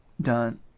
done